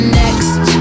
next